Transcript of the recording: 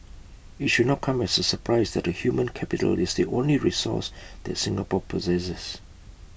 IT should not come as A surprise that the human capital is the only resource that Singapore possesses